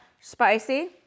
Spicy